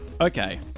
okay